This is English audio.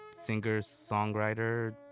singer-songwriter